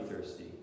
thirsty